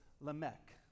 Lamech